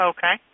Okay